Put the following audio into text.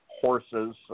Horses